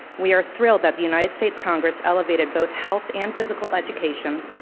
we are thrilled that the united states congress elevated both health and physical education,